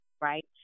right